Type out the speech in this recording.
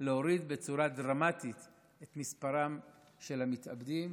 להוריד דרמטית את מספרם של המתאבדים,